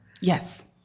Yes